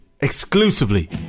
exclusively